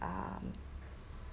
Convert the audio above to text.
um